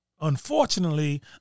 unfortunately